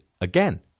again